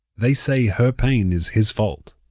they say her pain is his fault.